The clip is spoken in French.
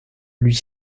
huit